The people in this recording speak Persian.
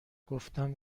گفتن